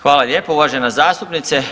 Hvala lijepo uvažena zastupnice.